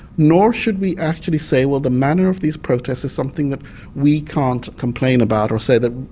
nor should we actually say, well the manner of these protests is something that we can't complain about or say that,